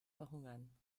verhungern